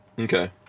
Okay